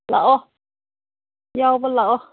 ꯂꯥꯛꯑꯣ ꯌꯥꯎꯕ ꯂꯥꯛꯑꯣ